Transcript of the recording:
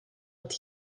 het